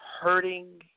Hurting